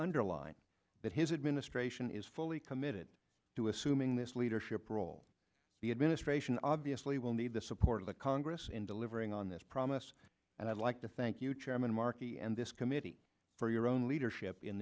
underline that his administration is fully committed to assuming this leadership role the administration obviously will need the support of the congress in delivering on this promise and i'd like to thank you chairman markey and this committee for your own leadership in